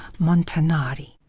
Montanari